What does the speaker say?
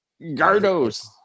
Gardos